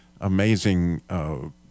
amazing